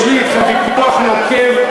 יש לי אתכם ויכוח נוקב.